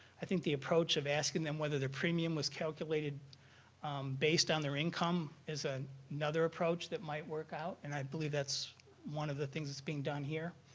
i think the approach of asking them whether their premium was calculated based on their income is ah another approach that might work out and i believe that's one of the things that's being done here.